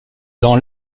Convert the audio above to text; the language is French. dans